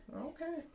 okay